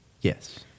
Yes